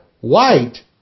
white